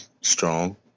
strong